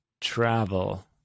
travel